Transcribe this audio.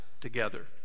together